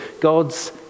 God's